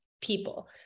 people